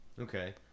Okay